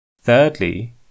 Thirdly